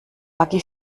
buggy